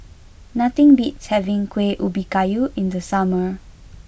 nothing beats having Kueh Ubi Kayu in the summer